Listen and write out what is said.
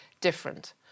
different